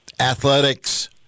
athletics